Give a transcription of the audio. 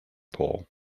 pole